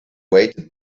weighted